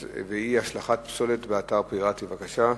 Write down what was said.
בבקשה.